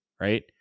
right